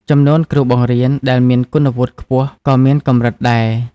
ចំនួនគ្រូបង្រៀនដែលមានគុណវុឌ្ឍិខ្ពស់ក៏មានកម្រិតដែរ។